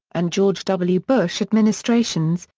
and george w. bush administrations,